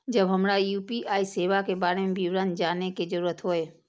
जब हमरा यू.पी.आई सेवा के बारे में विवरण जानय के जरुरत होय?